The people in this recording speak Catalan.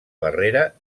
barrera